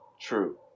true